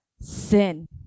sin